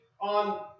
on